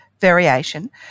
variation